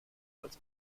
als